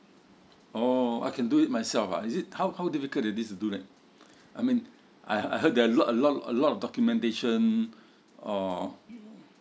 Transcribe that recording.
oh I can do it myself ah is it how how difficult it is to do it I mean I heard I heard there a lot a lot a lot of documentation uh